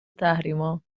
تحریما